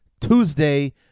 Tuesday